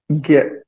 get